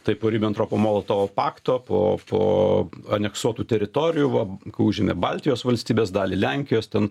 tai po ribentropo molotovo pakto po po aneksuotų teritorijų va kai užėmė baltijos valstybes dalį lenkijos ten